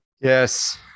Yes